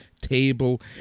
table